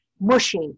mushy